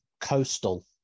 Coastal